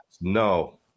No